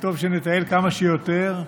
וטוב שנטייל כמה שיותר,